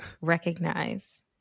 Recognize